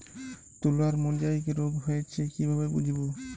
তুলার মোজাইক রোগ হয়েছে কিভাবে বুঝবো?